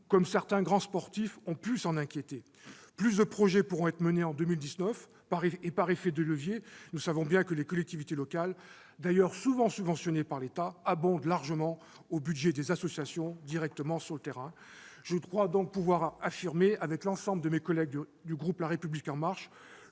comme certains grands sportifs ont pu s'en inquiéter. Plus de projets pourront être menés en 2019, et, par effet de levier, nous savons bien que les collectivités locales, d'ailleurs souvent subventionnées par l'État, alimentent largement les budgets des associations, directement sur le terrain. Je crois donc pouvoir affirmer, avec l'ensemble de mes collègues du groupe La République en Marche,